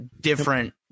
different